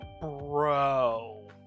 Bro